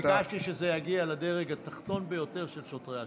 ביקשתי שזה יגיע לדרג התחתון ביותר של שוטרי השטח.